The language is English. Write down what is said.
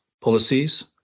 policies